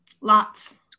Lots